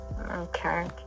Okay